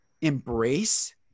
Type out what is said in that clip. embrace